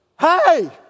Hey